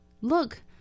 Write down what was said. Look